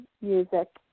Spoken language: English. music